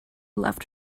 left